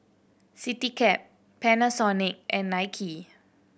Citycab Panasonic and Nike